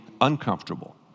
uncomfortable